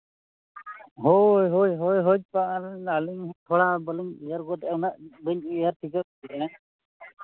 ᱦᱳᱭ ᱦᱳᱭ ᱦᱳᱭ ᱦᱳᱭ ᱛᱚ ᱟᱨ ᱟᱹᱞᱤᱧ ᱦᱚᱸ ᱛᱷᱚᱲᱟ ᱵᱟᱹᱞᱤᱧ ᱩᱭᱦᱟᱹᱨ ᱜᱚᱫᱮᱜᱼᱟ ᱦᱩᱱᱟᱹᱜ ᱵᱟᱹᱧ ᱩᱭᱦᱟᱹᱨ ᱴᱷᱤᱠᱟᱹᱭᱮᱫ ᱵᱤᱱᱟ